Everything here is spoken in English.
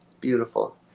beautiful